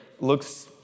looks